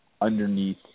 underneath